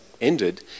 ended